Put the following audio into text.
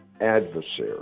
adversary